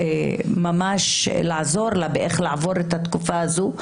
ושממש יעזור לה איך לעבור את התקופה הזו,